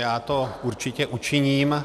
Já to určitě učiním.